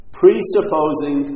presupposing